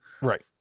right